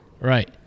Right